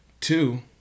Two